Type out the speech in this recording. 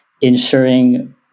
ensuring